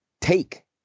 Take